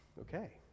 okay